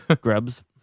Grubs